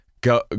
go